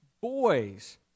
boys